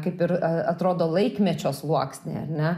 kaip ir atrodo laikmečio sluoksniai ar ne